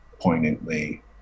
poignantly